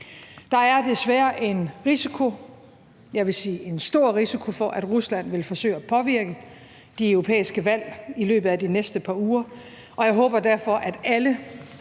Der er desværre en risiko, jeg vil sige en stor risiko for, at Rusland vil forsøge at påvirke de europæiske valg i løbet af de næste par uger, og jeg håber derfor, at alle